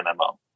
MMO